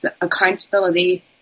accountability